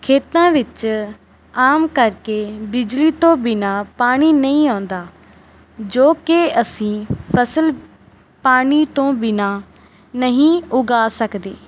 ਖੇਤਾਂ ਵਿੱਚ ਆਮ ਕਰਕੇ ਬਿਜਲੀ ਤੋਂ ਬਿਨਾਂ ਪਾਣੀ ਨਹੀਂ ਆਉਂਦਾ ਜੋ ਕਿ ਅਸੀਂ ਫ਼ਸਲ ਪਾਣੀ ਤੋਂ ਬਿਨਾਂ ਨਹੀਂ ਉਗਾ ਸਕਦੇ